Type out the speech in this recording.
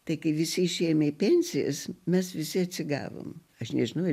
tai kai visi išėjom į pensijas mes visi atsigavom aš nežinojau